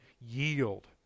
yield